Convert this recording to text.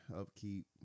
upkeep